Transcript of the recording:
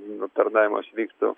jeigu aptarnavimas vyktų